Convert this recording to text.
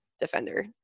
defender